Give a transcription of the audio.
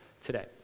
today